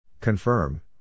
Confirm